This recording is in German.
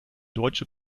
deutsche